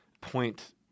point